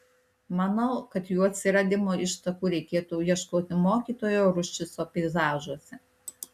manau kad jų atsiradimo ištakų reikėtų ieškoti mokytojo ruščico peizažuose